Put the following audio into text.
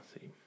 see